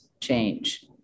change